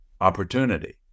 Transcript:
opportunity